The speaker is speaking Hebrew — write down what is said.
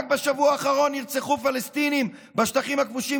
רק בשבוע האחרון נרצחו פלסטינים בשטחים הכבושים,